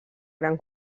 gran